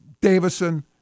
Davison